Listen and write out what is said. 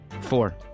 Four